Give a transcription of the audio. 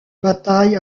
bataille